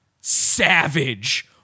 savage